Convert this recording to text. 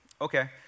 okay